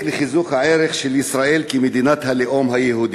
לחיזוק הערך של ישראל כמדינת הלאום היהודי.